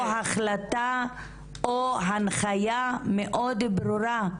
או החלטה או הנחיה מאוד ברורה.